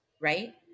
right